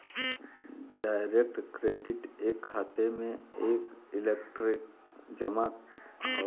direct credit एक खाते में एक इलेक्ट्रॉनिक जमा हौ